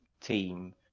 team